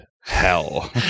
hell